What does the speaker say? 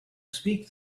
speak